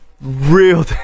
real